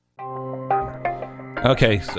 Okay